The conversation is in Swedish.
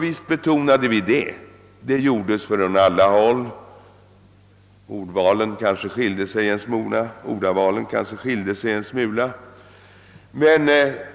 Detta betonades från alla håll, även om ordvalen «kanske skilde sig en smula.